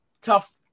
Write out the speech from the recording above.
tough